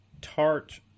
tart